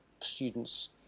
students